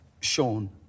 Sean